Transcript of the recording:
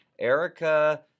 Erica